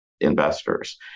investors